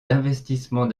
d’investissement